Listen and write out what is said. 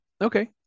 Okay